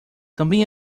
também